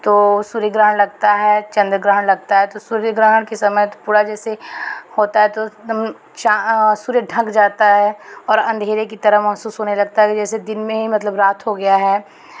तो सूर्य ग्रहण लगता है चंद्र ग्रहण लगता है तो सूर्य ग्रहण के समय तो पूरा जैसे होता है तो एकदम चां सूर्य एकदम ढँक जाता है और अंधेरे की तरह महसूस होने लगता है जैसे दिन में ही मतलब रात हो गया है